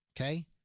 Okay